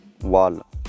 wall